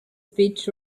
speech